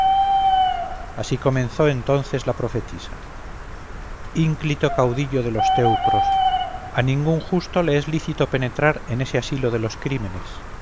así comenzó entonces la profetisa ínclito caudillo de los teucros a ningún justo le es lícito penetrar en ese asilo de los crímenes